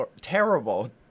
terrible